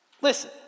listen